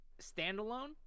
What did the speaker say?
standalone